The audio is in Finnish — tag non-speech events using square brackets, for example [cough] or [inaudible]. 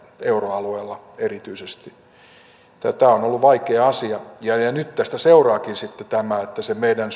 euroalueella erityisesti tämä on ollut vaikea asia ja nyt tästä seuraakin sitten tämä että se meidän [unintelligible]